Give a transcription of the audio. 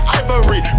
ivory